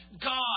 God